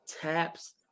taps